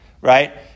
right